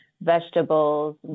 vegetables